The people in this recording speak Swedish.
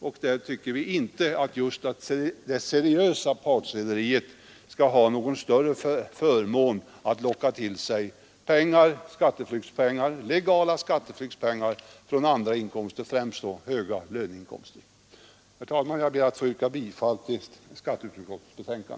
Vi tycker inte att just det seriösa partrederiet skall ha den större förmånen att kunna locka till sig legala skatteflyktspengar från andra inkomster, främst då höga löneinkomster. Herr talman! Jag ber att få yrka bifall till skatteutskottets hemställan